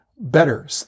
better